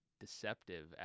deceptive